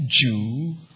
Jew